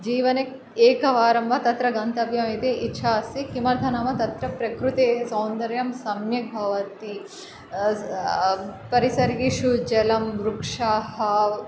जीवने एकवारं वा तत्र गन्तव्यम् इति इच्छा अस्ति किमर्थं नाम तत्र प्रकृते सौन्दर्यं सम्यक् भवति परिसरेषु जलं वृक्षाः